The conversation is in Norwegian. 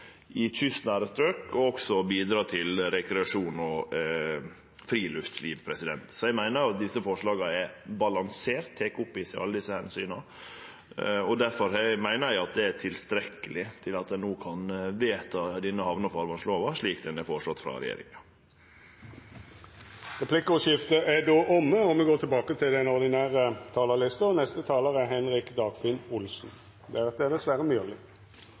i kystnære strøk å bidra til rekreasjon og friluftsliv på. Eg meiner at desse forslaga er balanserte og tek opp i seg alle desse omsyna. Difor meiner eg det er tilstrekkeleg til at ein no kan vedta denne hamne- og farvasslova slik ho er føreslått av regjeringa. Replikkordskiftet er omme. Dei talarane som heretter får ordet, har ei taletid på inntil 3 minutt. Jeg må først og fremst få takke for alle rosende ord. Det er